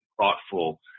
thoughtful